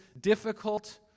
difficult